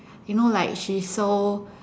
you know like she's so